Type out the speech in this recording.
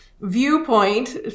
viewpoint